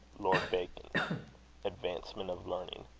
lord bacon advancement of learning.